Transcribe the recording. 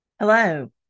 Hello